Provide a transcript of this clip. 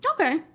Okay